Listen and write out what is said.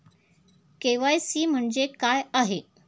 KYC म्हणजे काय आहे?